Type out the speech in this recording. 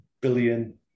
billion